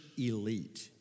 elite